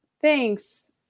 Thanks